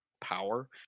power